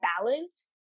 balance